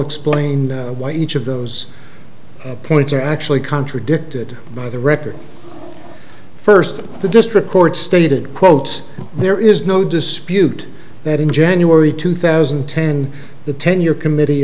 explain why each of those points are actually contradicted by the record first the district court stated quote there is no dispute that in january two thousand and ten the tenure committee